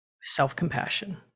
self-compassion